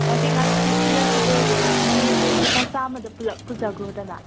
ꯉꯥꯇꯦꯛ ꯉꯥꯅꯧꯁꯦ ꯁꯤꯅꯁꯨ ꯂꯣꯏꯔꯦ ꯅꯪ ꯂꯨꯄꯥ ꯆꯥꯃꯗ ꯄꯨꯜꯂꯞ ꯄꯨꯖꯈ꯭ꯔꯣꯗꯅ